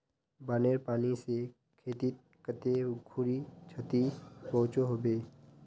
बानेर पानी से खेतीत कते खुरी क्षति पहुँचो होबे?